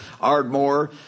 Ardmore